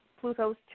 Pluto's